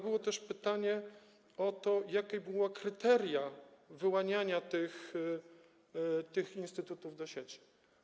Było też pytanie o to, jakie były kryteria wyłaniania tych instytutów do sieci.